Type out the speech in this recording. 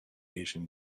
asian